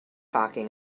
talking